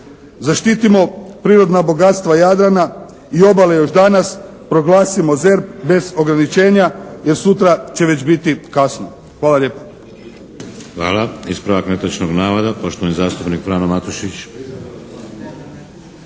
Zaštitimo prirodna bogatstva Jadrana i obale još danas, proglasimo ZERP bez ograničenja, jer sutra će već biti kasno. Hvala lijepo.